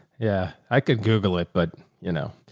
yeah. i could google it, but, you know,